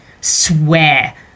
swear